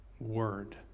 word